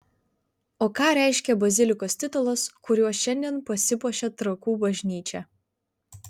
o ką reiškia bazilikos titulas kuriuo šiandien pasipuošia trakų bažnyčia